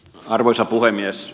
arvoisa puhemies